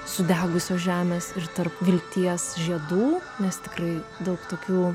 sudegusios žemės ir tarp vilties žiedų nes tikrai daug tokių